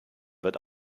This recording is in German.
wird